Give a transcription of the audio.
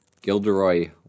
Gilderoy